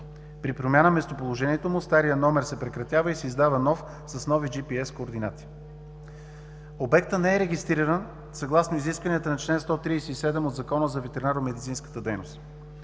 При промяна на местоположението му старият номер се прекратява и се издава нов, с нови GPS координати. Обектът не е регистриран съгласно изискванията на чл. 137 от Закона за ветеринарномедицинската дейност.